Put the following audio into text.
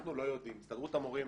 הסתדרות המורים,